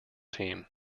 team